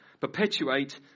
perpetuate